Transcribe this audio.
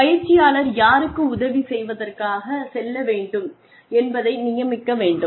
பயிற்சியாளர் யாருக்கு உதவி செய்வதற்காக செல்ல வேண்டும் என்பதை நியமிக்க வேண்டும்